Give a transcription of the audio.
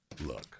look